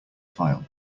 file